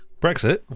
Brexit